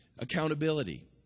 accountability